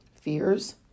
fears